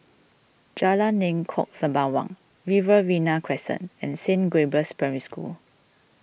Jalan Lengkok Sembawang Riverina Crescent and Saint Gabriel's Primary School